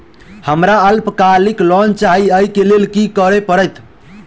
हमरा अल्पकालिक लोन चाहि अई केँ लेल की करऽ पड़त?